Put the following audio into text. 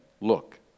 look